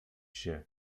się